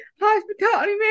hospitality